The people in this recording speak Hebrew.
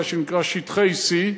מה שנקרא שטחי C,